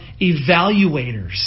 evaluators